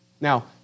Now